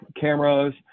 cameras